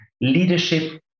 leadership